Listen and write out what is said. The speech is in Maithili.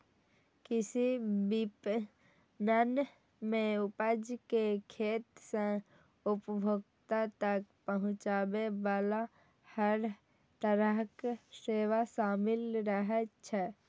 कृषि विपणन मे उपज कें खेत सं उपभोक्ता तक पहुंचाबे बला हर तरहक सेवा शामिल रहै छै